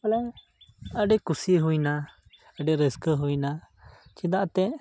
ᱵᱚᱞᱮ ᱟᱹᱰᱤ ᱠᱩᱥᱤ ᱦᱩᱭᱱᱟ ᱟᱹᱰᱤ ᱨᱟᱹᱥᱠᱟ ᱦᱩᱭᱱᱟ ᱪᱮᱫᱟᱜ ᱛᱮ